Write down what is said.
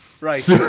Right